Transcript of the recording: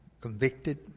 convicted